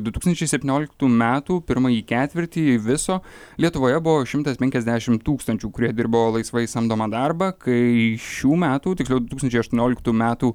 du tūkstančiai septynioliktų metų pirmąjį ketvirtį viso lietuvoje buvo šimtas penkiasdešim tūkstančių kurie dirbo laisvai samdomą darbą kai šių metų tiksliau du tūkstančiai aštuonioliktų metų